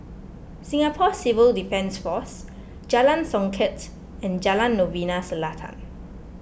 Singapore Civil Defence force Jalan Songket and Jalan Novena Selatan